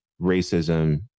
racism